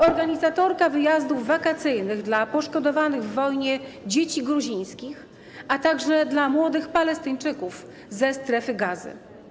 Organizatorka wyjazdów wakacyjnych dla poszkodowanych w wojnie dzieci gruzińskich, a także dla młodych Palestyńczyków ze Strefy Gazy.